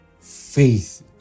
faith